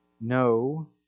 no